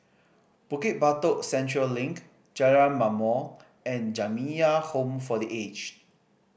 Bukit Batok Central Link Jalan Ma'mor and Jamiyah Home for The Aged